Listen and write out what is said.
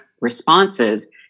responses